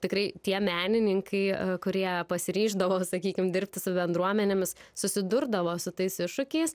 tikrai tie menininkai kurie pasiryždavo sakykim dirbti su bendruomenėmis susidurdavo su tais iššūkiais